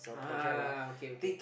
ah okay okay